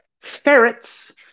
ferrets